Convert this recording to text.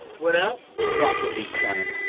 what up? it's rocket league time.